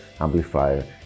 amplifier